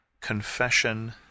confession